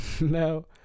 No